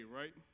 right